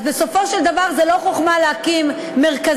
אז בסופו של דבר זו לא חוכמה להקים מרכזים,